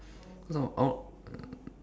cause I'm out